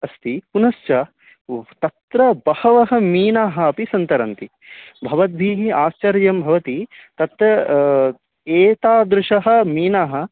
अस्ति पुनश्च तु तत्र बहवः मीनाः अपि सन्तरन्ति भवद्भिः आश्चर्यं भवति तत् एतादृशाः मीनाः